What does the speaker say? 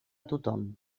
tothom